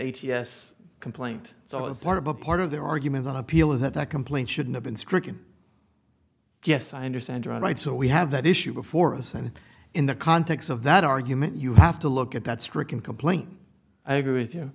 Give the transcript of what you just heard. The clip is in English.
s complaint so it's part of a part of their argument on appeal is that that complaint should have been stricken yes i understand you are right so we have that issue before us and in the context of that argument you have to look at that stricken complaint i agree with you